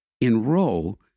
Enroll